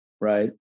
right